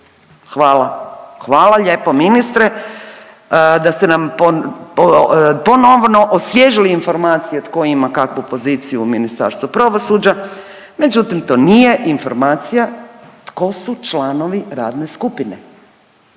Hvala, hvala lijepo ministre da ste nam ponovno osvježili informacije tko ima kakvu poziciju u Ministarstvu pravosuđa, međutim to nije informacija tko su članovi radne skupine.